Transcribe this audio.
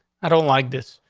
i don't like this.